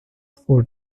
school